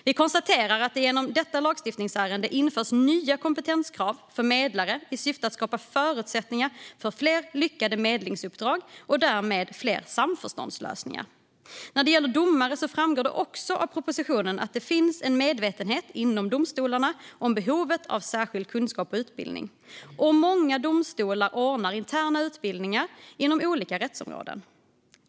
Vi konstaterar att det genom detta lagstiftningsärende införs nya kompetenskrav för medlare i syfte att skapa förutsättningar för fler lyckade medlingsuppdrag och därmed fler samförståndslösningar. När det gäller domare framgår det också av propositionen att det finns en medvetenhet inom domstolarna om behovet av särskild kunskap och utbildning, och många domstolar ordnar interna utbildningar inom olika rättsområden.